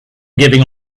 giving